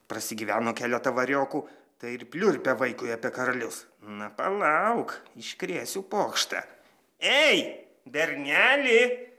prasigyveno keletą variokų tai ir pliurpia vaikui apie karalius na palauk iškrėsiu pokštą ei berneli